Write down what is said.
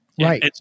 Right